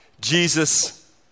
Jesus